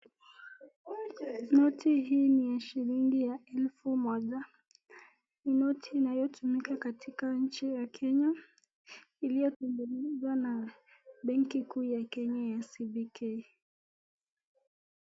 Noti hii ni ya shilingi ya elfu moja ,noti inayotumika katika nchi ya Kenya iliyodhitishwa na benki kuu ya Kenya ya "CBK."